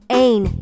ain